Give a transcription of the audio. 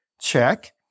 check